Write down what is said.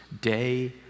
day